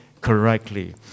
correctly